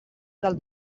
del